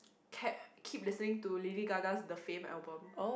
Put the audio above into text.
kept keep listening to Lady-Gaga's the Fame album